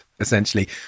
Essentially